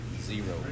Zero